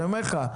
אני אומר לך,